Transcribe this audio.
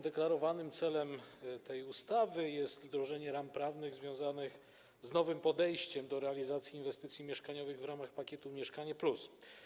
Deklarowanym celem tej ustawy jest wdrożenie ram prawnych związanych z nowym podejściem do realizacji inwestycji mieszkaniowych w ramach pakietu „Mieszkanie+”